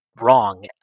wrong